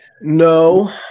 No